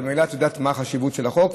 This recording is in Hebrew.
וממילא את יודעת מה חשיבות החוק.